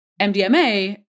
MDMA